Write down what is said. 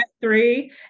three